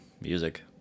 music